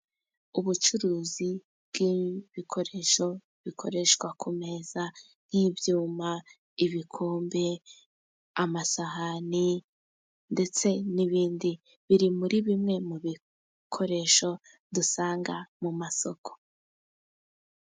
Ubucuruzi bw'ibikoresho bikoreshwa ku meza nk'ibyuma , ibikombe , amasahani ndetse n'ibindi. Biri muri bimwe mu bikoresho dusanga mu masoko.